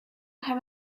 have